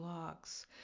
blocks